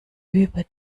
über